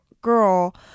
girl